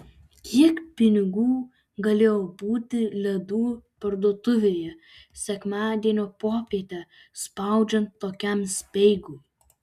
kiek pinigų galėjo būti ledų parduotuvėje sekmadienio popietę spaudžiant tokiam speigui